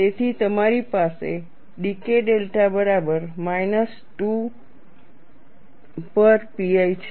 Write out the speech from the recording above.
તેથી તમારી પાસે dK ડેલ્ટા બરાબર માઈનસ 2pi છે